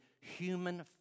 human